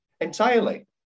Entirely